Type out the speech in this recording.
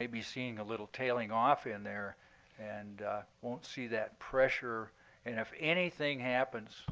maybe seeing a little tailing off in there and won't see that pressure. and if anything happens